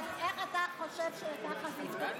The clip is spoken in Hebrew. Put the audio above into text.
איך אתה חושב שככה זה יפתור את הבעיה?